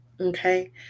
Okay